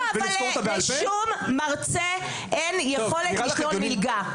לא, אבל לשום מרצה אין יכולת לשלוש מלגה.